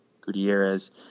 Gutierrez